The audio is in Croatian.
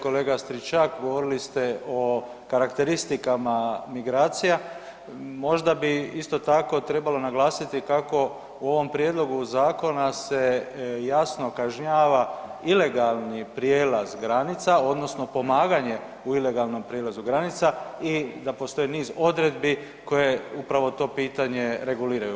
Kolega Stričak govorili ste o karakteristikama migracija, možda bi isto tako trebalo naglasiti kako u ovom prijedlogu zakona se jasno kažnjava ilegalni prijelaz granica odnosno pomaganje u ilegalnom prijelazu granica i da postoje niz odredbi koje upravo to pitanje reguliraju.